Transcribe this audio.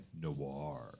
Noir